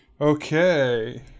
Okay